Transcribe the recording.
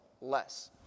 less